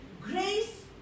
Grace